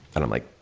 and i'm like,